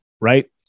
right